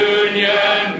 union